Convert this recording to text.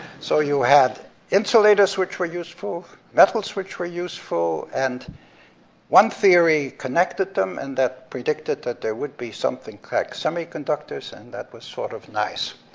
so you had insulators which were useful, metals which were useful, and one theory connected them, and that predicted that there would be something connect semiconductors, and that was sort of nice.